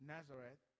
Nazareth